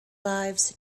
lives